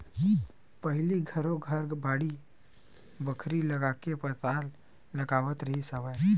पहिली घरो घर बाड़ी बखरी लगाके पताल लगावत रिहिस हवय